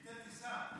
ביטל טיסה.